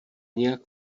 nějak